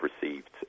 received